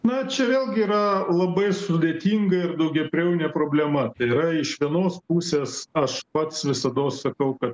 na čia vėlgi yra labai sudėtinga ir daugiabriaunė problema tai yra iš vienos pusės aš pats visados sakau kad